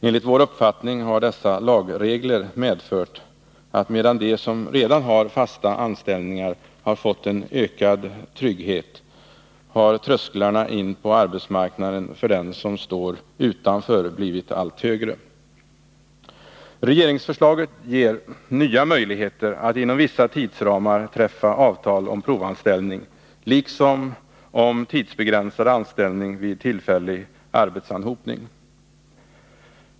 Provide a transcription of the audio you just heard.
Enligt vår uppfattning har dessa lagregler medfört att medan de som redan har fasta anställningar har fått en ökad trygghet, har trösklarna in på arbetsmarknaden för den som står utanför blivit allt högre. Regeringsförslaget ger nya möjligheter att inom vissa tidsramar träffa avtal om provanställning liksom om tidsbegränsad anställning vid tillfällig arbetsanhopning.